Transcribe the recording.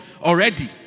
already